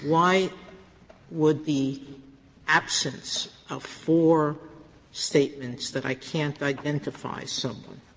why would the absence of four statements that i can't identify someone